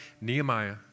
Nehemiah